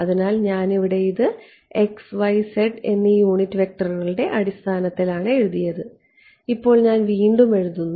അതിനാൽ ഇവിടെ ഇത് എന്നീ യൂണിറ്റ് വെക്റ്ററുകളുടെ അടിസ്ഥാനത്തിലാണ് എഴുതിയത് ഇപ്പോൾ ഞാൻ വീണ്ടും എഴുതുന്നു